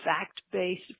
fact-based